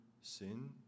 sin